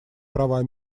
права